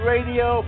Radio